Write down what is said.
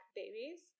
babies